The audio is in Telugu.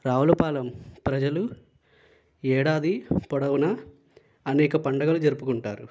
రావులపాలెం ప్రజలు ఏడాది పొడవునా అనేక పండుగలను జరుపుకుంటారు